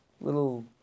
little